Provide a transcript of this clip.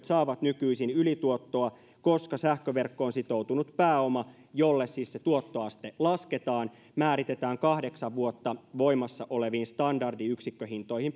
saavat nykyisin ylituottoa koska sähköverkkoon sitoutunut pääoma jolle siis se tuottoaste lasketaan määritetään kahdeksan vuotta voimassa oleviin standardiyksikköhintoihin